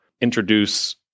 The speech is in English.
introduce